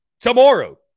tomorrow